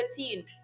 13